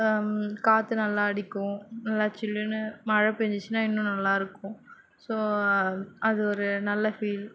காற்று நல்லா அடிக்கும் நல்லா சில்லுனு மழை பெஞ்சுச்சினா இன்னும் நல்லாயிருக்கும் ஸோ அது ஒரு நல்ல ஃபீல்